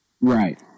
Right